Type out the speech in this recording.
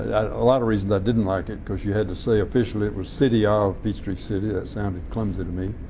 a lot of reasons i didn't like it because you had to say officially it was city of peachtree city. that sounded clumsy to me.